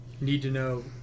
need-to-know